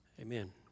Amen